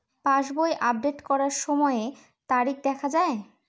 পাসবই update করার সময়ে তারিখ দেখা য়ায়?